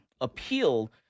appeal